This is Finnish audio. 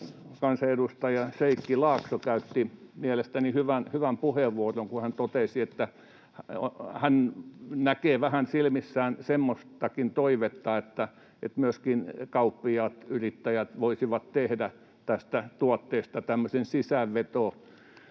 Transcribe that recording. kansanedustaja Sheikki Laakso käytti mielestäni hyvän puheenvuoron, kun hän totesi, että hän näkee silmissään vähän semmoistakin toivetta, että myöskin kauppiaat, yrittäjät, voisivat tehdä tästä tuotteesta tämmöisen sisäänvetotuotteen